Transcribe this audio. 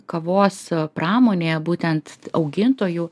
kavos pramonėje būtent augintojų